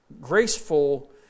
Graceful